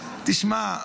תשמע,